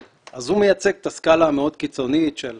אז הוא מייצג את הסקאלה המאוד-קיצונית, של